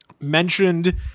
mentioned